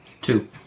Two